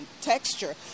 texture